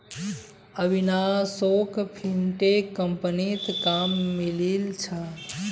अविनाशोक फिनटेक कंपनीत काम मिलील छ